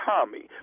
Tommy